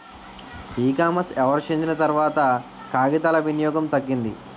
ఈ కామర్స్ ఎవరు చెందిన తర్వాత కాగితాల వినియోగం తగ్గింది